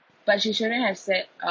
but she shouldn't have said